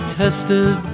tested